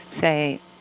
say